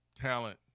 talent